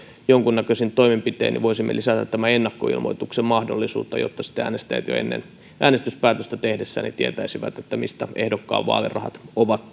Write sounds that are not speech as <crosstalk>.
jonkunnäköisin toimenpitein lisätä tämän ennakkoilmoituksen mahdollisuutta jotta sitten äänestäjät jo äänestyspäätöstään tehdessään tietäisivät mistä ehdokkaan vaalirahat ovat <unintelligible>